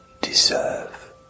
deserve